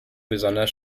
besonders